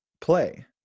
play